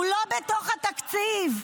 הוא לא בתוך התקציב.